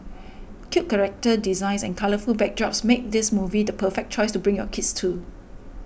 cute character designs and colourful backdrops make this movie the perfect choice to bring your kids to